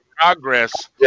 Progress